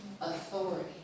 authority